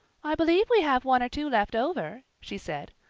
i believe we have one or two left over, she said,